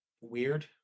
weird